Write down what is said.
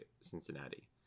cincinnati